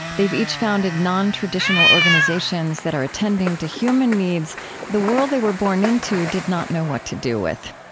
they've each founded non-traditional organizations that are attending to human needs the world they were born into did not know what to do with.